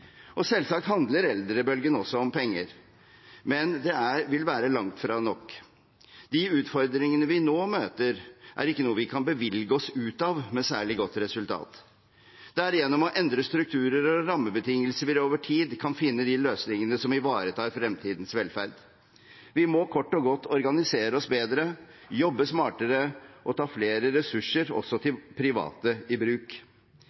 systemorganisering. Selvsagt handler eldrebølgen også om penger, men det vil være langt fra nok. De utfordringene vi nå møter, er ikke noe vi kan bevilge oss ut av med særlig godt resultat. Det er gjennom å endre strukturer og rammebetingelser vi over tid kan finne de løsningene som ivaretar fremtidens velferd. Vi må kort og godt organisere oss bedre, jobbe smartere og ta flere ressurser – også private – i bruk.